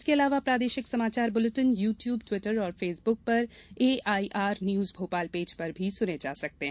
इसके अलावा प्रादेशिक समाचार बुलेटिन यू ट्यूब ट्विटर और फेसबुक पर एआईआर न्यूज भोपाल पेज पर सुने जा सकते हैं